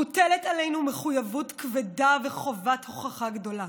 מוטלת עלינו מחויבות כבדה וחובת הוכחה גדולה.